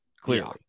clearly